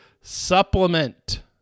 supplement